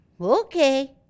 Okay